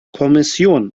kommission